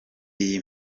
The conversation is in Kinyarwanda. iyi